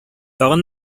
тагын